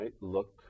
look